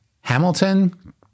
Hamilton